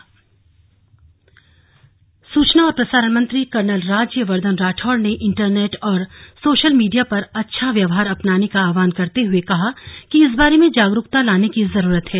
slug social media सूचना और प्रसारण मंत्री कर्नल राज्य वर्धन राठौड़ ने इंटरनेट और सोशल मीडिया पर अच्छा व्यवहार अंपनाने का आह्वान करते हुए कहा कि इस बारे में जागरूकता लाने की जरूरत है